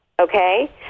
Okay